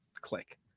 click